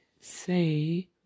Say